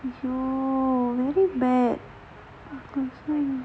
oh so bad